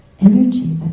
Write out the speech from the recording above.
energy